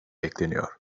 bekleniyor